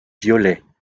violets